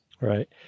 Right